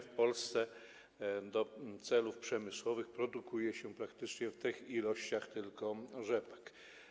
W Polsce do celów przemysłowych produkuje się praktycznie w tych ilościach tylko rzepak.